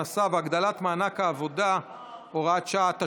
הכנסה והגדלת מענק עבודה (הוראת שעה),